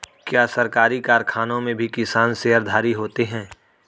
क्या सरकारी कारखानों में भी किसान शेयरधारी होते हैं?